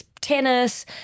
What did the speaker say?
tennis